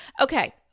okay